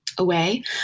Away